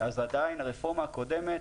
אז עדיין הרפורמה הקודמת